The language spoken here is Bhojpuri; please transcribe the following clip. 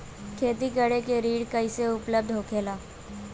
खेती करे के ऋण कैसे उपलब्ध होखेला?